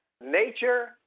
nature